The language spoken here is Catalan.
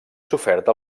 sofert